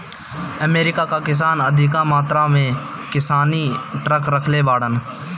America कअ किसान अधिका मात्रा में किसानी ट्रक रखले बाड़न